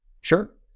Sure